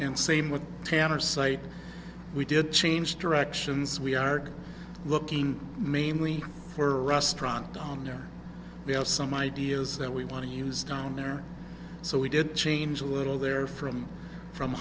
and same with tanner site we did change directions we are looking mainly for restaurant down there we have some ideas that we want to use down there so we did change a little there from from